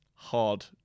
hard